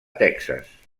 texas